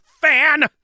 fan